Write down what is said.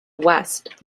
west